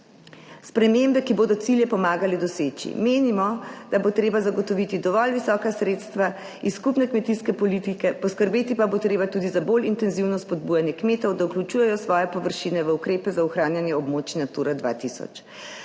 spremembe, ki bodo cilje pomagale doseči. Menimo, da bo treba zagotoviti dovolj visoka sredstva iz skupne kmetijske politike, poskrbeti pa bo treba tudi za bolj intenzivno spodbujanje kmetov, da vključujejo svoje površine v ukrepe za ohranjanje območij Natura 2000.